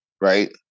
right